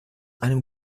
einem